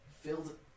filled